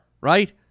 right